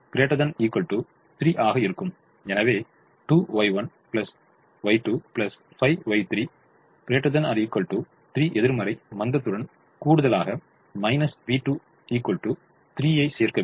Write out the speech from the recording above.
எனவே 2Y1 Y2 5Y3 ≥ 3 எதிர்மறை மந்ததுடன் கூடுதலாக v2 3 சேர்க்க வேண்டும்